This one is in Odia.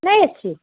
ନାହିଁ ଅଛି